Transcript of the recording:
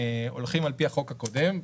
הולכים על פי החוק הקודם,